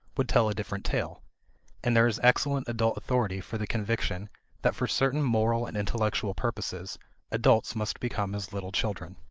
would tell a different tale and there is excellent adult authority for the conviction that for certain moral and intellectual purposes adults must become as little children.